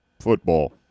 football